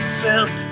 cells